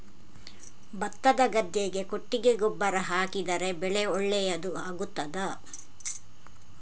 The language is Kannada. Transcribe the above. ಭತ್ತದ ಗದ್ದೆಗೆ ಕೊಟ್ಟಿಗೆ ಗೊಬ್ಬರ ಹಾಕಿದರೆ ಬೆಳೆ ಒಳ್ಳೆಯದು ಆಗುತ್ತದಾ?